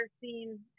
seen